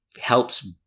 helps